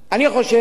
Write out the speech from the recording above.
אני חושב